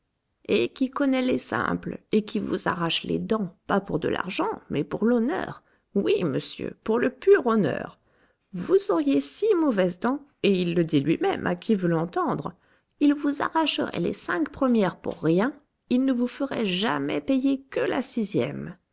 et qui connaît les simples et qui vous arrache les dents pas pour de l'argent mais pour l'honneur oui monsieur pour le pur honneur vous auriez six mauvaises dents et il le dit lui-même à qui veut l'entendre il vous arracherait les cinq premières pour rien il ne vous ferait jamais payer que la sixième